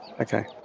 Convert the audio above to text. Okay